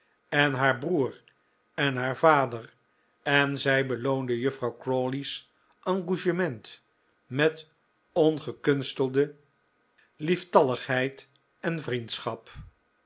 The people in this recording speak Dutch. en haar broer en haar vader en zij beloonde juffrouw crawley's engouement met ongekunstelde lieftalligheid en vriendschap